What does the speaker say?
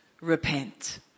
repent